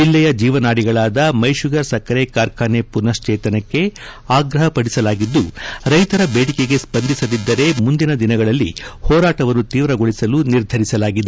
ಜಿಲ್ಲೆಯ ಜೀವನಾಡಿಗಳಾದ ಮೈಪುಗರ್ ಸಕ್ಕರೆ ಕಾರ್ಖಾನೆ ಮನಶ್ವೇತನಕ್ಕೆ ಆಗ್ರಹಪಡಿಸಲಾಗಿದ್ದುರೈತರ ಬೇಡಿಕೆಗೆ ಸ್ಪಂದಿಸದಿದ್ದರೆ ಮುಂದಿನ ದಿನಗಳಲ್ಲಿ ಹೋರಾಟವನ್ನು ತೀವ್ರಗೊಳಿಸಲು ನಿರ್ಧರಿಸಲಾಗಿದೆ